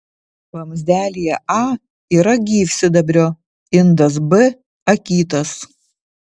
vamzdelyje a yra gyvsidabrio indas b akytas